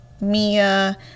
Mia